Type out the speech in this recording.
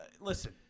listen